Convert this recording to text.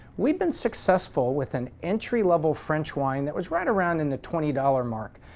we've been successful with an entry level french wine that was right around and the twenty dollars mark,